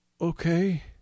Okay